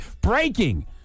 breaking